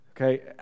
Okay